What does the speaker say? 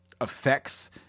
effects